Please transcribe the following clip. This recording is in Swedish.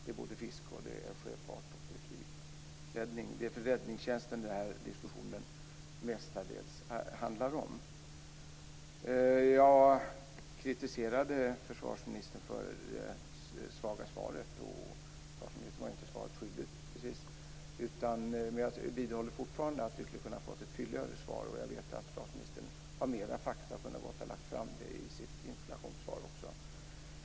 Det handlar om fiske, sjöfart och flygräddning. Det är räddningstjänsten denna diskussion mestadels handlar om. Jag kritiserade försvarsministern för det svaga svaret, och försvarsministern var inte precis svaret skyldig. Men jag vidhåller fortfarande att vi borde ha fått ett fylligare svar. Jag vet att försvarsministern har mer fakta, som han gott hade kunnat lägga fram i sitt interpellationssvar.